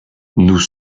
nous